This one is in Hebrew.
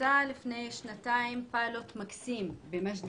בוצע לפני שנתיים פיילוט מקסים במג'ד